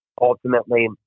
ultimately